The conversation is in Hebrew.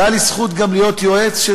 והייתה לי זכות גם להיות יועץ של